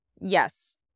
Yes